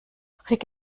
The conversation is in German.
rick